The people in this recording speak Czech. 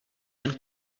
jen